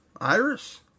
Iris